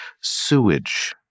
sewage